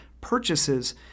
purchases